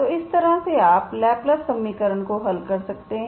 तो इस तरह आप लाप्लास समीकरण को हल कर सकते हैं